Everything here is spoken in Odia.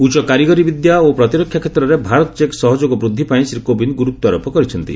ଉଚ୍ଚ କାରିଗରୀ ବିଦ୍ୟା ଓ ପ୍ରତିରକ୍ଷା କ୍ଷେତ୍ରରେ ଭାରତ ଚେକ୍ ସହଯୋଗ ବୃଦ୍ଧି ପାଇଁ ଶ୍ରୀ କୋବିନ୍ଦ ଗୁରୁତ୍ୱାରୋପ କରିଛନ୍ତି